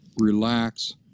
relax